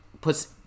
puts